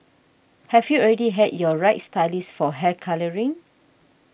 have you already had your right stylist for hair colouring